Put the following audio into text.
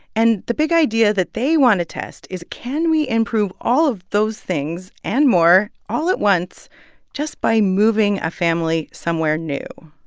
and the big idea that they want to test is, can we improve all of those things and more all at once just by moving a family somewhere new?